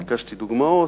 ביקשתי דוגמאות.